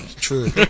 True